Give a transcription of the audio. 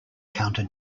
counter